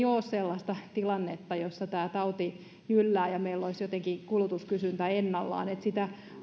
ole sellaista tilannetta jossa tämä tauti jyllää ja meillä olisi jotenkin kulutuskysyntä ennallaan